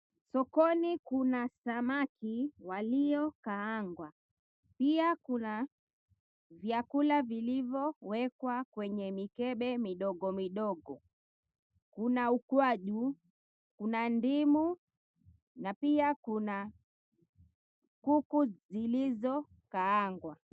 Sokoni kuna samaki waliokaangwa, pia kuna vyakula vilivyowekwa kwenye mikebe midogo midogo. Una ukwaju, una ndimu na pia kuna kuku zilizokaangwa.